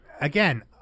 again